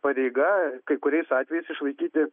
pareiga kai kuriais atvejais išlaikyti